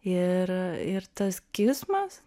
ir ir tas kismas